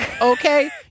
okay